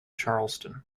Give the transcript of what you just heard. charleston